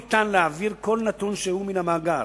אין אפשרות להעביר נתון כלשהו מן המאגר,